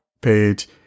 page